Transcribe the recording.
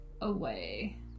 away